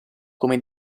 come